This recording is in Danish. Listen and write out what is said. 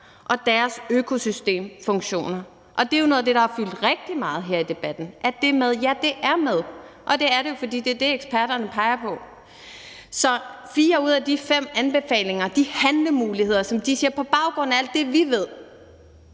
og deres økosystemfunktioner – det er jo noget af det, der har fyldt rigtig meget her i debatten. Er det med? Ja, det er med. Og det er det jo, fordi det er det, eksperterne peger på. Så det er fire ud af de fem anbefalinger, de handlemuligheder, som de nævner, hvor de siger: På baggrund af alt det, vi ved,